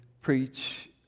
preach